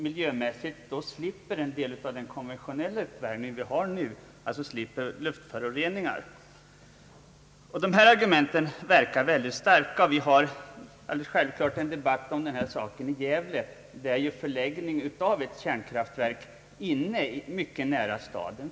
Miljömässigt slipper man också luftföroreningar från en del av den konventionella uppvärmning som vi har nu. Vi har självklart en debatt om denna sak även i Gävle, där ett kärnkraftverk planeras.